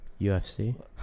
UFC